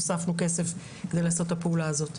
הוספנו כסף כדי לעשות את הפעולה הזאת.